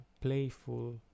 playful